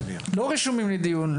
לא רשומים לדיון,